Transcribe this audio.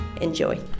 Enjoy